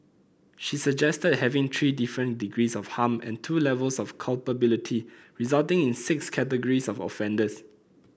she suggested having three different degrees of harm and two levels of culpability resulting in six categories of offenders